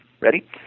Ready